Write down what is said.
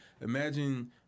imagine